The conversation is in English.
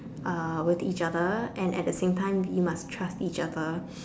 uh with each other and at the same time you must trust each other